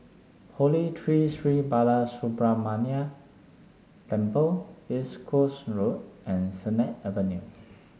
Holy Tree Sri Balasubramaniar Temple East Coast Road and Sennett Avenue